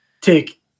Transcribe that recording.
take